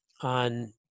on